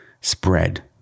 spread